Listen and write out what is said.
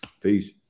peace